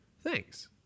Thanks